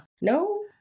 no